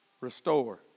restore